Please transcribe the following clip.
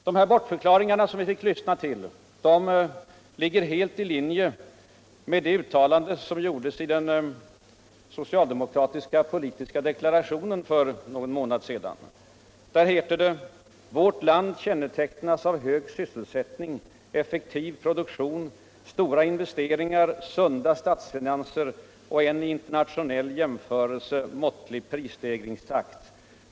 De bortförklaringar som vi fick lyssna till ligger helt i linje med de uttalanden som gjordes i den socialdemokratiska politiska dektarationen för någon månad sedan, där det heter: ”Vårt land kännetecknas av hög sysselsättning, effektuv produktion, stora investeringar. sunda statsfinanser och en i internationell jämförelse måttlig prisstegringstakt.